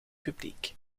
publiek